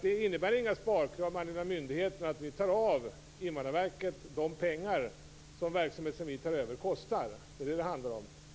Det innebär alltså inga sparkrav med anledning av myndigheten att vi tar från Invandrarverket de pengar som den övertagna verksamheten kostar. Det är vad det handlar om.